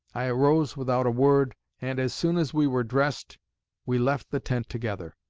i arose without a word, and as soon as we were dressed we left the tent together.